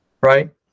right